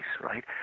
right